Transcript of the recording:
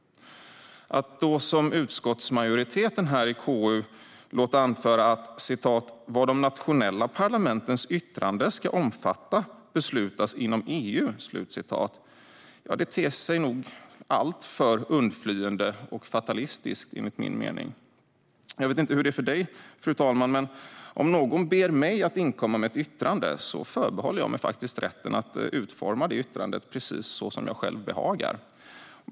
Att då som utskottsmajoriteten här i KU låta anföra att "vad de nationella parlamentens yttranden ska omfatta beslutas inom EU" ter sig nog alltför undflyende och fatalistiskt, enligt min mening. Jag vet inte hur det är för fru talmannen, men om någon ber mig inkomma med ett yttrande förbehåller jag mig faktiskt rätten att utforma det yttrandet precis som jag själv behagar.